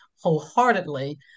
wholeheartedly